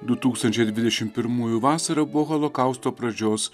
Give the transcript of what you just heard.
du dūkstančiai dvidešimt pirmųjų vasara buvo holokausto pradžios